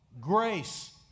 Grace